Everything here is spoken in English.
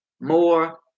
more